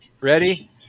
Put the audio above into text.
Ready